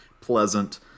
pleasant